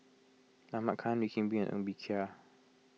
Ahmad Khan Wee Kim Wee Ng Bee Kia